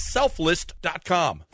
SelfList.com